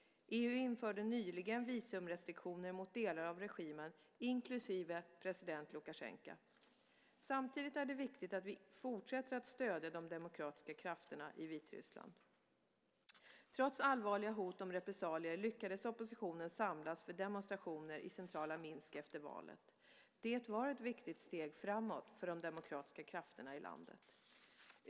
EU införde nyligen visumrestriktioner mot delar av regimen inklusive president Lukasjenko. Samtidigt är det viktigt att vi fortsätter att stödja de demokratiska krafterna i Vitryssland. Trots allvarliga hot om repressalier lyckades oppositionen samlas för demonstrationer i centrala Minsk efter valet. Det var ett viktigt steg framåt för de demokratiska krafterna i landet.